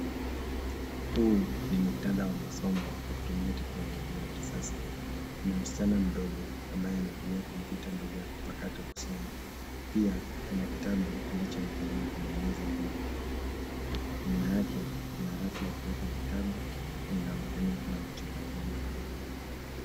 Huu ni muktadha wa masomo kwa kutumia teknolojia ya kisasa. Kuna msichana mdogo ambaye anatumia kompyuta ndogo ya kupakata kusoma. Pia, kuna kitabu alichowekelea kwneye meza iliyo mbele yake. Nyuma yake, kuna rafu ya kuweka vitabu na inaonekana ikiwa na chupa mbili za maji.